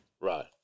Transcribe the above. Right